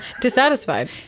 Dissatisfied